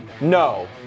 no